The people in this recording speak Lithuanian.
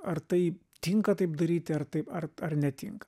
ar tai tinka taip daryti ar taip ar ar netinka